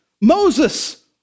Moses